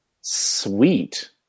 Sweet